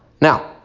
Now